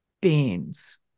beings